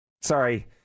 sorry